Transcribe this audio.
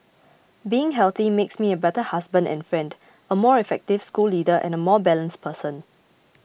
being healthy makes me a better husband and friend a more effective school leader and a more balanced person